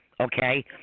Okay